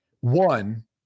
one